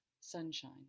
sunshine